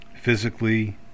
physically